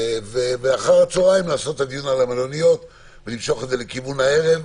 ואחר הצהריים לעשות את הדיון על המלוניות ולמשוך את זה לכיוון הערב,